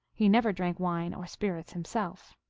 he never drank wine or spirits himself.